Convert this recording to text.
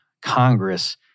Congress